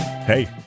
Hey